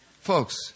Folks